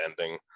ending